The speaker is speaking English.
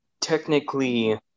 technically